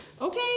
Okay